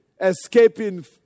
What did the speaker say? escaping